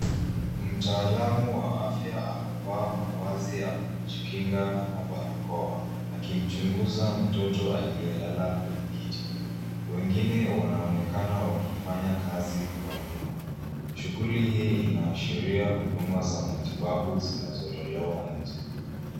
Mtaalamu wa afya amevaa mavazi ya kujikinga na barakoa, akimchunguza mtoto aliyelala kwenye kiti. Wengine wanaonekana wakifanya kazi kwa nyuma. Shughuli hii inaashiria huduma za matibabu zinazotolewa nje.